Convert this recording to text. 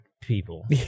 people